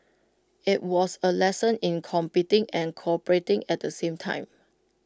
IT was A lesson in competing and cooperating at the same time